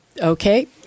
Okay